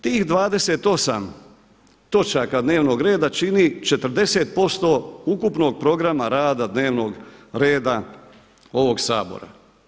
Tih 28 točaka dnevnog reda čini 40% ukupnog programa rada dnevnog reda ovog Sabora.